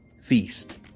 feast